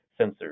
sensors